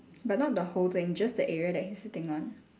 but not the whole thing just the area that he's sitting on